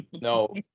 no